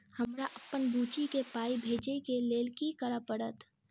हमरा अप्पन बुची केँ पाई भेजइ केँ लेल की करऽ पड़त?